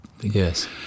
Yes